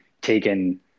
taken